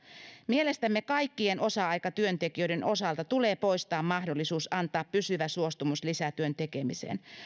mielestämme kaikkien osa aikatyöntekijöiden osalta tulee poistaa mahdollisuus antaa pysyvä suostumus lisätyön tekemiseen